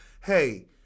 hey